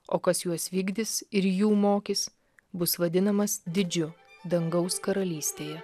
o kas juos vykdys ir jų mokys bus vadinamas didžiu dangaus karalystėje